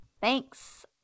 Thanks